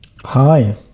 Hi